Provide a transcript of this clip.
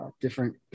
different